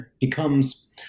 becomes